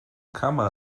kama